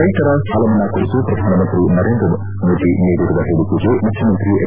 ರೈತರ ಸಾಲ ಮನ್ನಾ ಕುರಿತು ಪ್ರಧಾನಮಂತ್ರಿ ನರೇಂದ್ರ ನೀಡಿರುವ ಹೇಳಿಕೆಗೆ ಮುಖ್ಯಮಂತ್ರಿ ಹೆಚ್